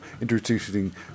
introducing